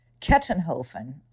Kettenhofen